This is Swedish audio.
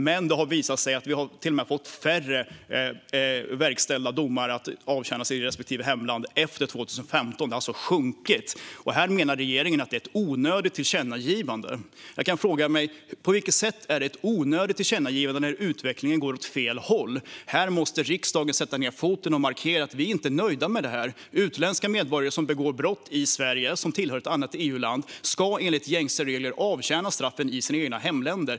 Det har dock visat sig att vi till och med har fått färre verkställda domar att avtjänas i respektive hemland efter 2015. Det har alltså sjunkit. Regeringen menar att detta är ett onödigt tillkännagivande. Jag kan fråga mig: På vilket sätt är det ett onödigt tillkännagivande när utvecklingen går åt fel håll? Här måste riksdagen sätta ned foten och markera att vi inte är nöjda med detta. Utländska medborgare som tillhör ett annat EUland och som begår brott i Sverige ska enligt gängse regler avtjäna straffen i sina egna hemländer.